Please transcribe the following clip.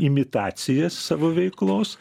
imitacijas savo veiklos